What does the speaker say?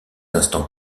instants